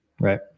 Right